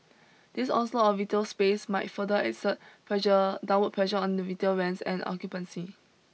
this onslaught of retail space might further exert pressure downward pressure on the retail rents and occupancy